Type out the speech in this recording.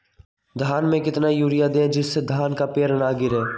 धान में कितना यूरिया दे जिससे धान का पेड़ ना गिरे?